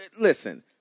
listen